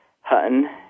Hutton